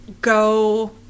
go